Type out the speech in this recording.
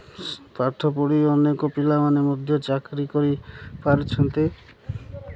ପାଠ ପଢ଼ି ଅନେକ ପିଲାମାନେ ମଧ୍ୟ ଚାକିରି କରିପାରୁଛନ୍ତି